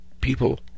people